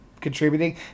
contributing